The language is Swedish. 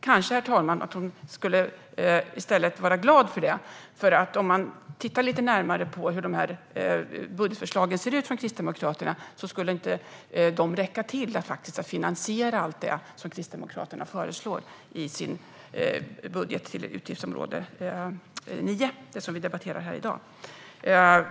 Kanske, herr talman, skulle hon i stället vara glad för det, för om vi tittar lite närmare på det som Kristdemokraterna föreslår i sin budget för utgiftsområde 9, som vi debatterar här i dag, ser vi att finansieringen inte räcker till.